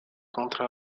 contre